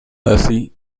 así